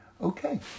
Okay